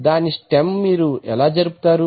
దాని స్టెమ్ మీరు ఎలా జరుపుతారు